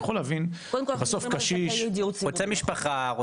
אני יכול להבין בסוף קשישי רוצה משפחה.